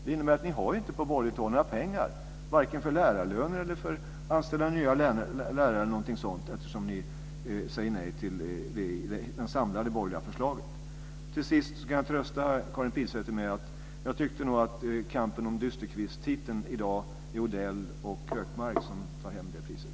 Det innebär att ni på borgerligt håll inte har några pengar vare sig för lärarlöner eller för att anställa nya lärare, eftersom ni säger nej till ett samlat borgerligt förslag. Till sist kan jag trösta Karin Pilsäter med att jag tyckte att i kampen om dysterkvisttiteln i dag är det Odell och Högmark som tar hem priset.